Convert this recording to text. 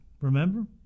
Remember